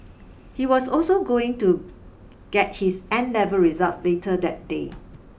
he was also going to get his N Level results later that day